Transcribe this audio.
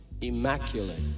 Immaculate